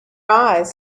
eyes